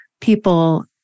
people